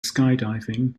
skydiving